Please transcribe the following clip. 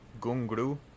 gungru